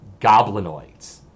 goblinoids